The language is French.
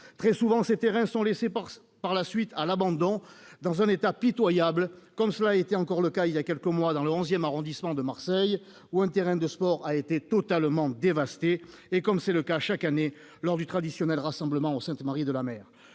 Très souvent, ces terrains sont laissés par la suite à l'abandon dans un état pitoyable, comme cela a été encore le cas voilà quelques mois dans le 11 arrondissement de Marseille, où un terrain de sport a été totalement dévasté, et comme c'est le cas chaque année lors du traditionnel rassemblement des Saintes-Maries-de-la-Mer.